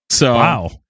Wow